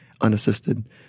unassisted